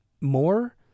more